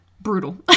brutal